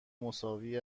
مساوی